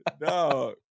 No